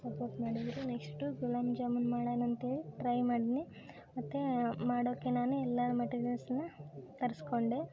support ಮಾಡಿದರು next gulab jamun ಮಾಡಣ್ ಅಂತೇಳಿ ಟ್ರೈ ಮಾಡ್ದೆ ಮತ್ತು ಮಾಡೋಕ್ಕೆ ನಾನೇ ಎಲ್ಲ ಮೆಟೀರಿಯಲ್ಸನ್ನ ತರಿಸ್ಕೊಂಡೆ